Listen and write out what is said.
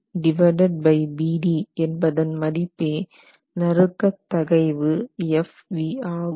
75Vbd என்பதன் மதிப்பே நறுக்கத் தகைவு fv ஆகும்